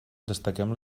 destaquem